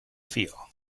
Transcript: fear